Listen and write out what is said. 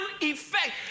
effect